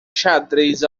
xadrez